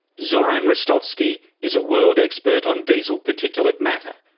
zoran ristovski is a world expert on diesel particulate matter,